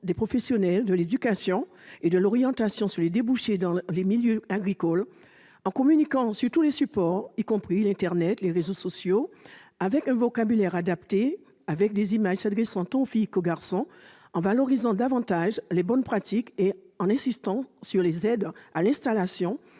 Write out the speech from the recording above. des professionnels de l'éducation et de l'orientation sur les débouchés dans le milieu agricole ; en communiquant sur tous les supports, y compris sur internet et les réseaux sociaux, avec un vocabulaire adapté et des images s'adressant tant aux filles qu'aux garçons ; en valorisant davantage les bonnes pratiques et en insistant sur les aides à l'installation